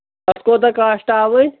اَتھ کوتاہ کاسٹ آو وۄنۍ